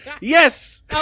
Yes